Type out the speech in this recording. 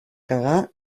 cagar